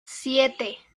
siete